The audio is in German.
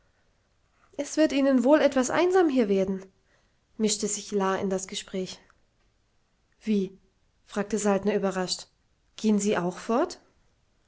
es wird ihnen wohl etwas einsam hier werden mischte sich la in das gespräch wie fragte saltner überrascht gehen sie auch fort